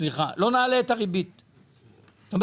מה שאומר